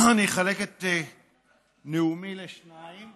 אני אחלק את נאומי לשניים.